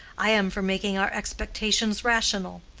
i am for making our expectations rational.